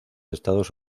estados